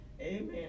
Amen